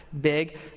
big